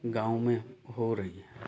गाँव में हो रही है